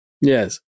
yes